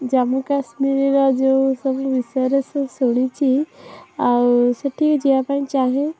ଜମୁ କାଶ୍ମୀରର ଯେଉଁ ସବୁ ବିଷୟରେ ସବୁ ଶୁଣିଛି ଆଉ ସେଠିକି ଯିବା ପାଇଁ ଚାହେଁ